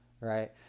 right